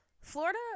Florida